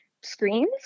screens